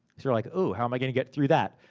so you're like, ooh, how am i gonna get through that?